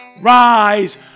rise